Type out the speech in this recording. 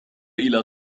إلى